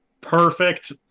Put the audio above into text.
perfect